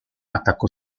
attaccò